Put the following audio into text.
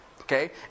Okay